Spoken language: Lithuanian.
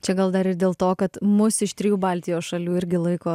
čia gal dar ir dėl to kad mus iš trijų baltijos šalių irgi laiko